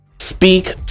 speak